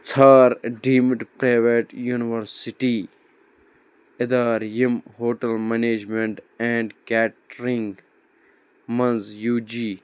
ژھار deemed private university اِدارٕ یِم ہوٹل منیجمٮ۪نٛٹ اینٛڈ کیٹرِنٛگ مَنٛز یوٗ جی